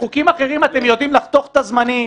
אחרים אתם יודעים לחתוך את הזמנים,